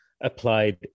Applied